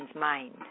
mind